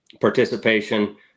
participation